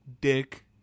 dick